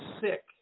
sick